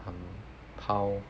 um how